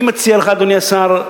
אני מציע לך, אדוני השר,